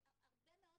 הרבה מאוד